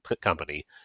company